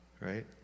right